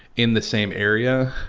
in the same area.